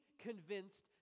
convinced